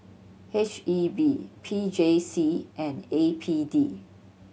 H E B P J C and A P D